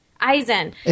Eisen